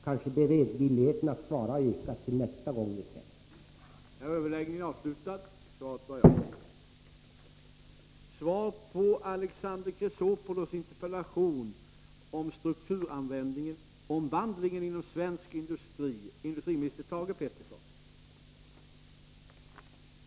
Kanske 123 beredvilligheten att svara har ökat till nästa gång vi träffas.